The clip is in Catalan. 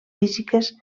físiques